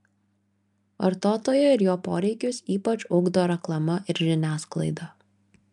vartotoją ir jo poreikius ypač ugdo reklama ir žiniasklaida